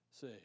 see